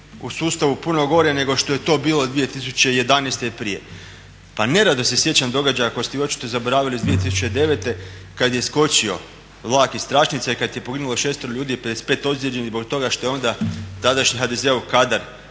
u sustavu puno gore nego što je to bilo 2011. i prije. Pa nerado se sjećam događaja koje ste vi očito zaboravili iz 2009. kada je iskočio vlak iz tračnica i kada je poginulo 6.-ero ljudi a 55 ozljeđenih zbog toga što je onda tadašnji HDZ-ov kadar